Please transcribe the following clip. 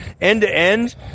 end-to-end